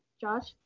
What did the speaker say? Josh